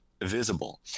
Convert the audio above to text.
visible